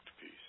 peace